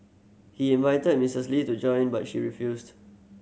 he invited Misses Lee to join but she refused